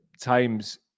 times